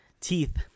Teeth